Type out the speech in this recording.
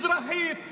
אזרחית,